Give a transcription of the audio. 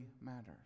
matters